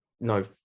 no